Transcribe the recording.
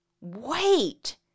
Wait